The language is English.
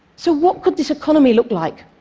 so what could this economy look like?